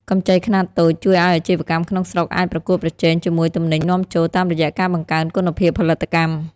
កម្ចីខ្នាតតូចជួយឱ្យអាជីវកម្មក្នុងស្រុកអាចប្រកួតប្រជែងជាមួយទំនិញនាំចូល តាមរយៈការបង្កើនគុណភាពផលិតកម្ម។